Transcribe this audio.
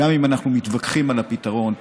גם אם אנחנו מתווכחים על הפתרון,